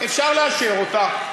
אפשר לאשר אותה,